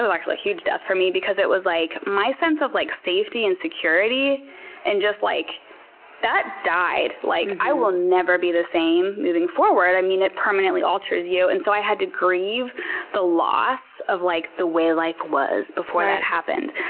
actually huge death for me, because it was like my sense of like safety and security and like that died. like i will never be the same moving forward. i mean, it permanently alters you. and so i had to grieve the loss of like the way life was before that happened.